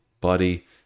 buddy